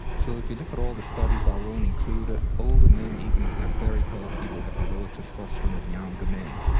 so if you look at all the studies, our own included, older men, even if they are very healthy will have lower testosterone than younger men,